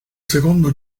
secondo